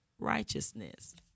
righteousness